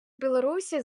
білорусі